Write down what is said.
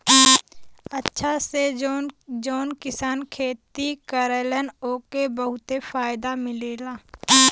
अचछा से जौन किसान खेती करलन ओके बहुते फायदा मिलला